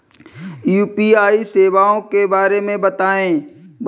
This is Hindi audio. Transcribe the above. यू.पी.आई सेवाओं के बारे में बताएँ?